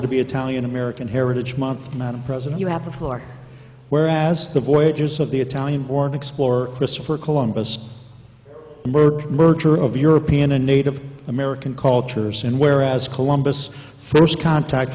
to be italian american heritage month madam president you have the floor whereas the voyagers of the italian born explore christopher columbus merger of european and native american cultures and whereas columbus first contact